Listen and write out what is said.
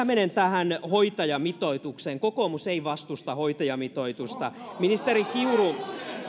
menen tähän hoitajamitoitukseen kokoomus ei vastusta hoitajamitoitusta ministeri kiuru